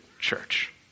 church